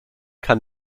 kann